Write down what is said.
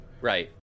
Right